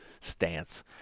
stance